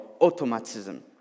automatism